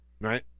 right